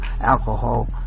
alcohol